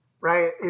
Right